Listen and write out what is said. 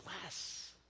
bless